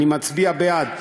אני מצביע בעד,